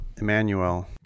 emmanuel